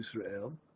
Israel